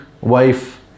wife